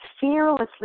fearlessly